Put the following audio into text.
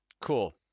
cool